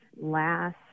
last